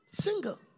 Single